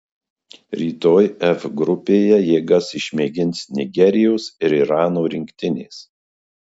rytoj f grupėje jėgas išmėgins nigerijos ir irano rinktinės